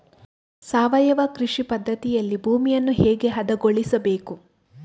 ಸಾವಯವ ಕೃಷಿ ಪದ್ಧತಿಯಲ್ಲಿ ಭೂಮಿಯನ್ನು ಹೇಗೆ ಹದಗೊಳಿಸಬೇಕು?